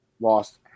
lost